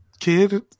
kid